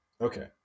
Okay